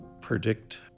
predict